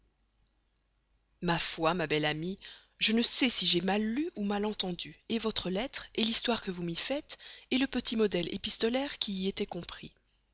ma foi ma belle amie je ne sais si j'ai mal lu ou mal entendu votre lettre l'histoire que vous m'y faites le petit modèle épistolaire qui y était compris